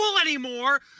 anymore